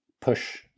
push